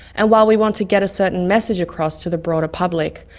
and while we want to get a certain message across to the broader public,